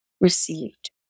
received